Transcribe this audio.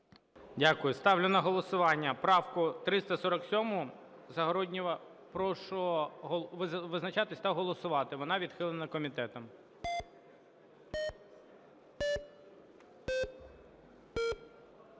Дякую. Ставлю на голосування правку 347 Загороднього. Прошу визначатись та голосувати. Вона відхилена комітетом.